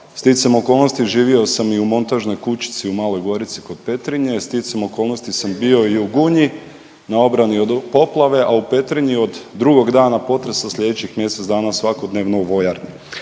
Sticajem okolnosti živio sam i u montažnoj kućici u Maloj Gorici kod Petrinje, sticajem okolnosti sam bio u i Gunji, na obrani od poplave, a u Petrinji od drugog dana potresa slijedećih mjesec dana svakodnevno u vojarni.